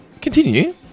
Continue